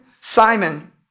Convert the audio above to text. Simon